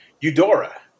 Eudora